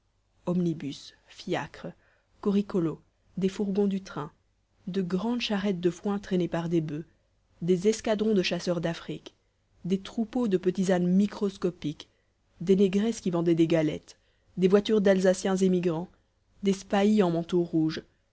omnibus fiacres corricolos des fourgons du train de grandes charrettes de foin traînées par des boeufs des escadrons de chasseurs d'afrique des troupeaux de petits ânes microscopiques des négresses qui vendaient des galettes des voitures d'alsaciens émigrants des spahis en manteaux rouges